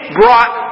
brought